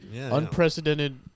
unprecedented